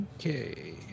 Okay